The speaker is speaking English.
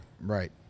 Right